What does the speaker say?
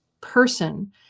person